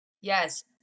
yes